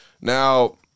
Now